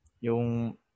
Yung